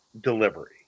delivery